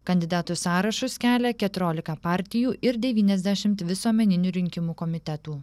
kandidatų sąrašus kelia keturiolika partijų ir devyniasdešimt visuomeninių rinkimų komitetų